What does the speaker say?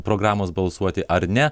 programos balsuoti ar ne